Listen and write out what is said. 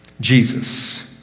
Jesus